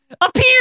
appear